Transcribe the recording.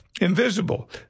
invisible